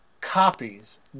copies